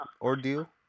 ordeal